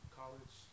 college